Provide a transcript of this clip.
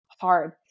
hard